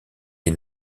les